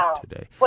today